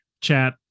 chat